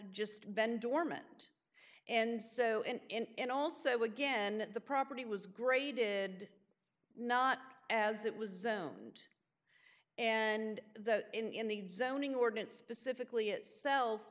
just been dormant and so and also again the property was graded not as it was zoned and the in the zoning ordinance specifically itself